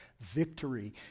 victory